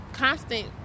constant